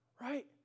Right